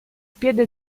piede